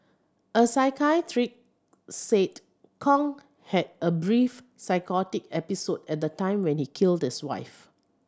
a said Kong had a brief psychotic episode at the time when he killed his wife